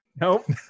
nope